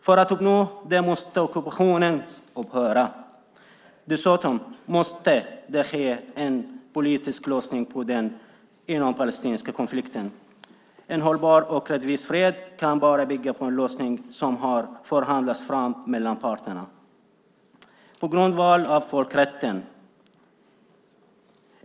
För att uppnå detta måste ockupationen upphöra. Dessutom måste det ske en politisk lösning på den inompalestinska konflikten. En hållbar och rättvis fred kan bara bygga på en lösning som har förhandlats fram mellan parterna på grundval av folkrätten.